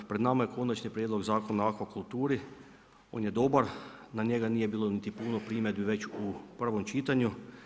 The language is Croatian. Pred nama je Konačni prijedlog Zakona o akvakulturi, on je dobar, na njega nije bilo niti puno primjedbi već u prvom čitanju.